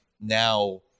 now